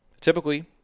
typically